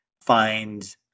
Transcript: find